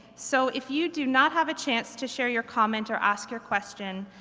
so if you do not have a chance to share your comment or ask your question,